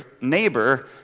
neighbor